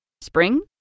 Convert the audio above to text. Spring